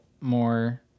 more